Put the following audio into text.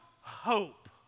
hope